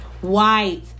White